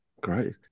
Great